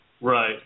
Right